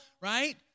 right